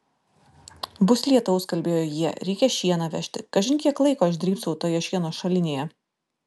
bus lietaus kalbėjo jie reikia šieną vežti kažin kiek laiko aš drybsau toje šieno šalinėje